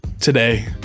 Today